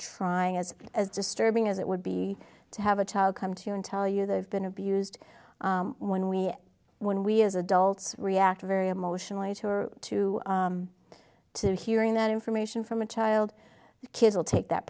trying as as disturbing as it would be to have a child come to you and tell you they've been abused when we when we as adults react very emotionally to or to to hearing that information from a child kids will take that